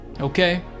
Okay